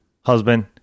husband